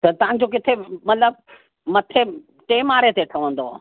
त तव्हांजो किथे मतिलब मथे टे मारे ते ठहंदो